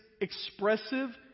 expressive